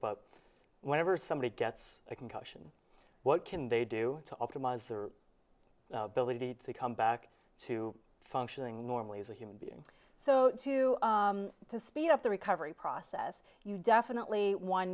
but whenever somebody gets a concussion what can they do to optimize their ability to come back to functioning normally as a human being so to speed up the recovery process you definitely